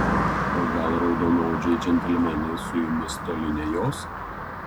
o gal raudonodžiai džentelmenai su jumis toli nejos